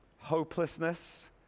hopelessness